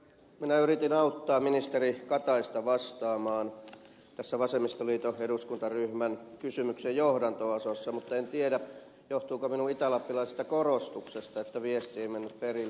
minä yritin auttaa ministeri kataista vastaamaan tässä vasemmistoliiton eduskuntaryhmän kysymyksen johdanto osassa mutta en tiedä johtuuko minun itälappilaisesta korostuksestani että viesti ei mennyt perille